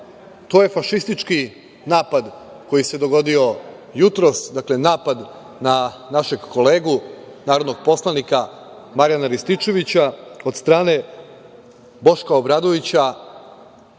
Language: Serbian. to je fašistički napad koji se dogodio jutros. Dakle, napada na našeg kolegu narodnog poslanika Marijana Rističevića od strane Boška Obradovića